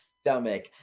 stomach